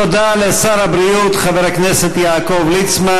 תודה לשר הבריאות חבר הכנסת יעקב ליצמן.